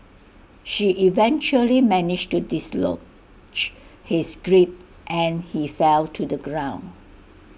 she eventually managed to dislodge his grip and he fell to the ground